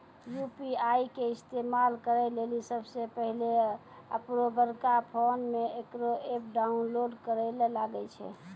UPI के इस्तेमाल करै लेली सबसे पहिलै अपनोबड़का फोनमे इकरो ऐप डाउनलोड करैल लागै छै